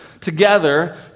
together